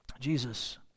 Jesus